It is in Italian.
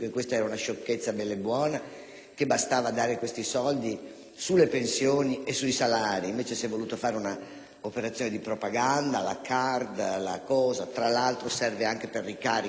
sulle pensioni e sui salari. Invece, si è voluto fare un'operazione di propaganda con la *card*, che tra l'altro serve anche per le ricariche degli operatori. Ma lasciamo stare, dato che non è questa la sede per dare giudizi